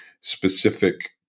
specific